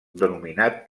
denominat